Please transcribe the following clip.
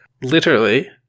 literally-